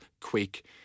quick